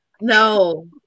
No